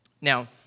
Now